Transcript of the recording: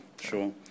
Sure